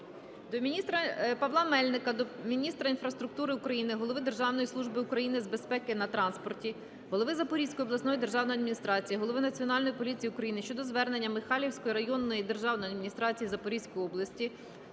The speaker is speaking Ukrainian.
власності. Павла Мельника до міністра інфраструктури України, голови Державної служби України з безпеки на транспорті, голови Запорізької обласної державної адміністрації, голови Національної поліції України щодо звернення Михайлівської районної державної адміністрації Запорізької області